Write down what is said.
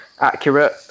accurate